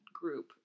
group